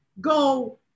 go